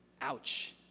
ouch